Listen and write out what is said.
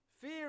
Fear